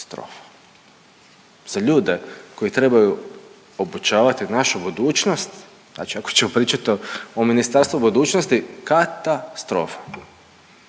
Za ljude koji trebaju obučavati našu budućnost, znači ako ćemo pričat o ministarstvu budućnosti ka-ta-strofa.